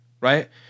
right